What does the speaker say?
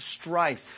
strife